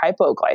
hypoglycemia